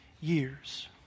years